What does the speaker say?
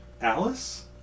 alice